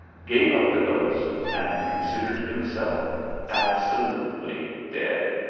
gave up the ghost, and considered himself absolutely dead.